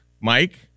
Mike